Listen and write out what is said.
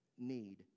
need